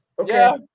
Okay